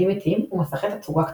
מעבדים איטיים ומסכי תצוגה קטנים.